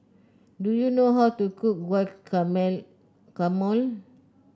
do you know how to cook Guacamole